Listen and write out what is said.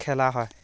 খেলা হয়